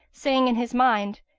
saying in his mind,